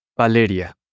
Valeria